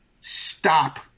stop